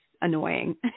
annoying